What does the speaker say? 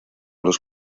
los